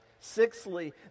Sixthly